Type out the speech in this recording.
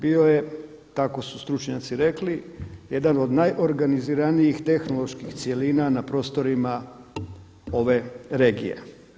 Bio je, tako su stručnjaci rekli, jedan od najorganiziranijih tehnoloških cjelina na prostorima ove regije.